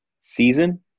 season